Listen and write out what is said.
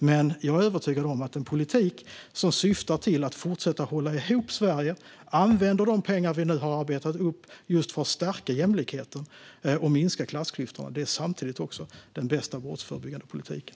Men jag är övertygad om att en politik som syftar till att fortsätta hålla ihop Sverige och använda de pengar vi nu har arbetat upp just för att stärka jämlikheten och minska klassklyftorna samtidigt också är den bästa brottsförebyggande politiken.